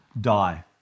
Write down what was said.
die